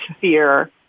fear